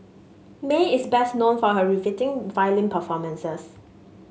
Mae is best known for her riveting violin performances